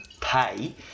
pay